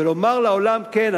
ולומר לעולם: כן,